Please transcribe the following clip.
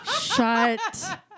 shut